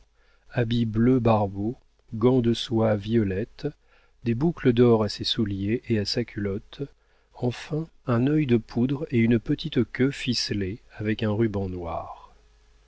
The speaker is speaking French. habit bleu-barbeau gants de soie violette des boucles d'or à ses souliers et à sa culotte enfin un œil de poudre et une petite queue ficelée avec un ruban noir